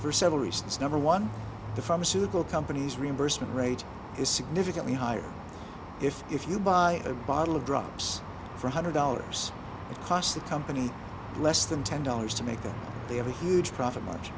for several reasons number one the pharmaceutical companies reimbursement rate is significantly higher if if you buy a bottle of drops for a hundred dollars it costs the company less than ten dollars to make that they have a huge profit m